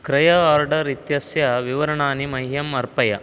क्रय आर्डर् इत्यस्य विवरणानि मह्यम् अर्पय